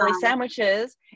sandwiches